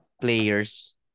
players